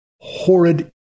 horrid